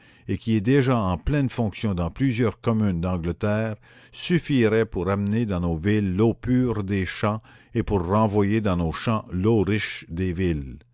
et qui est déjà en pleine fonction dans plusieurs communes d'angleterre suffirait pour amener dans nos villes l'eau pure des champs et pour renvoyer dans nos champs l'eau riche des villes